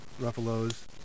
Ruffalo's